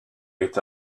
est